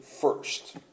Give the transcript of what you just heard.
first